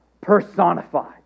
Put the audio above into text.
personified